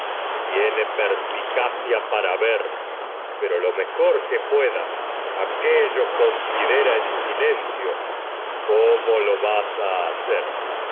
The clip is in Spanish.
tiene perspicacia para ver pero que lo mejor puedas aquello aquello considera en sitragedias de sófocles lencio cómo lo vas a hacer